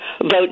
vote